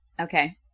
Okay